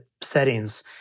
settings